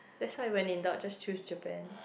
that's why when in doubt just choose Japan